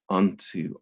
unto